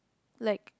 like